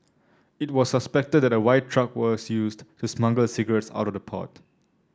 it was suspected that a white truck was used to smuggle the cigarettes out of the port